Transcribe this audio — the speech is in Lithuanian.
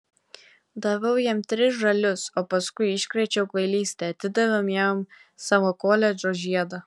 daviau jam tris žalius o paskiau iškrėčiau kvailystę atidaviau jam savo koledžo žiedą